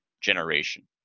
generation